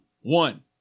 one